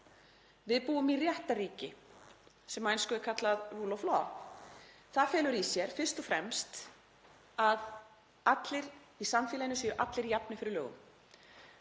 Við búum í réttarríki, sem á ensku er kallað „the rule of law“. Það felur í sér fyrst og fremst að allir í samfélaginu séu jafnir fyrir lögum,